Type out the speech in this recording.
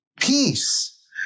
peace